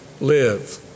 live